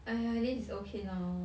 !aiya! at least it's okay now